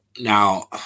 Now